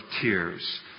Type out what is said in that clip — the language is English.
tears